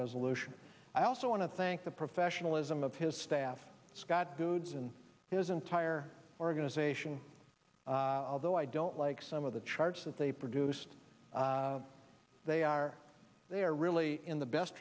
resolution i also want to thank the professionalism of his staff scott goods and his entire organization although i don't like some of the charge that they produced they are they are really in the best